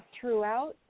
Throughout